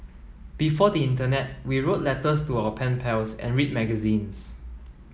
before the internet we wrote letters to our pen pals and read magazines